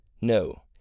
No